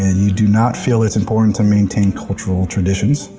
you do not feel it's important to maintain cultural traditions.